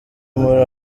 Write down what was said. muri